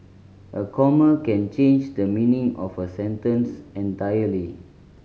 a comma can change the meaning of a sentence entirely